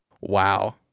Wow